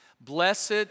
Blessed